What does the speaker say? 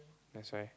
that's why